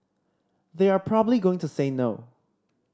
they are probably going to say no